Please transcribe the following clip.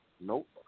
Nope